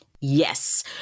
Yes